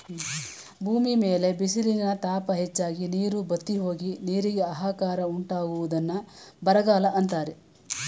ಭೂಮಿ ಮೇಲೆ ಬಿಸಿಲಿನ ತಾಪ ಹೆಚ್ಚಾಗಿ, ನೀರು ಬತ್ತಿಹೋಗಿ, ನೀರಿಗೆ ಆಹಾಕಾರ ಉಂಟಾಗುವುದನ್ನು ಬರಗಾಲ ಅಂತರೆ